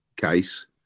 case